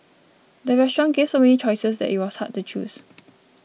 the restaurant gave so many choices that it was hard to choose